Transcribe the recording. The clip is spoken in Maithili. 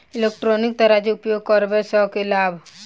इलेक्ट्रॉनिक तराजू उपयोग करबा सऽ केँ लाभ?